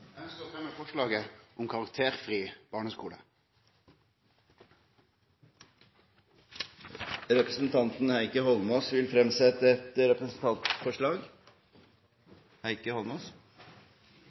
å fremje eit forslag om karakterfri barneskule. Representanten Heikki Eidsvoll Holmås vil fremsette et representantforslag.